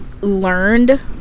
Learned